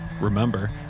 Remember